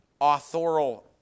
authorial